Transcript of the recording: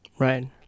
Right